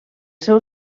seu